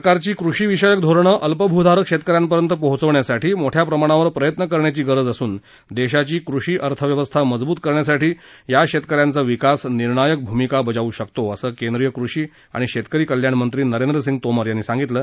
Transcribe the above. सरकारची कृषीविषयक धोरणं अल्पभूधारक शेतकऱ्यांपर्यंत पोचवण्यासाठी मोठ्या प्रमाणावर प्रयत्न करण्याची गरज असून देशाची कृषी अर्थव्यवस्था मजबूत करण्यासाठी या शेतकऱ्यांचा विकास निर्णायक भूमिका बजावू शकतो असं केंद्रीय कृषी आणि शेतकरी कल्याणमंत्री नरेंद्रसिंग तोमर यांनी सांगितलं